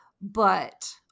but-